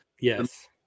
Yes